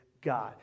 God